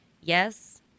Yes